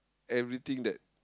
everything that